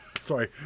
sorry